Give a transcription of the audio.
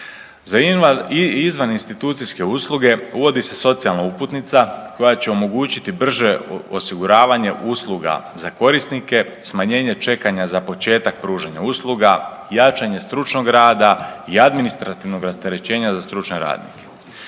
Za izvaninstitucijske usluge, uvodi se socijalna uputnica, koja će omogućiti brže osiguravanje usluga za korisnike, smanjenje čekanja za početak pružanja usluga, jačanje stručnog rada i administrativnog rasterećenja za stručne radnike.